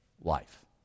life